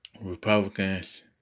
Republicans